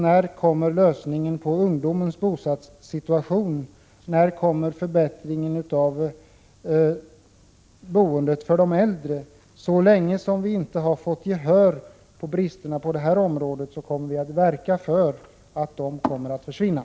När kommer lösningen på ungdomarnas bostadsproblem? När kommer förbättringen av boendet för de äldre? Så länge som vi i centerpartiet inte har fått gehör för våra påpekanden om bristerna på detta område kommer vi att verka för att de skall undanröjas.